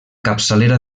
capçalera